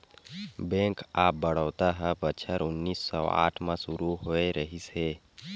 bank of Baroda ह बछर उन्नीस सौ आठ म सुरू होए रिहिस हे